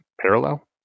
parallel